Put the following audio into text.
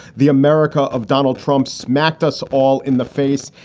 the america of donald trump smacked us all in the face.